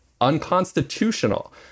unconstitutional